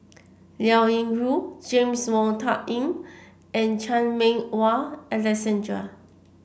Liao Yingru James Wong Tuck Yim and Chan Meng Wah Alexander